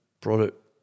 product